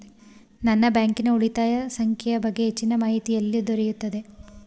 ನನ್ನ ಬ್ಯಾಂಕಿನ ಉಳಿತಾಯ ಸಂಖ್ಯೆಯ ಬಗ್ಗೆ ಹೆಚ್ಚಿನ ಮಾಹಿತಿ ಎಲ್ಲಿ ದೊರೆಯುತ್ತದೆ?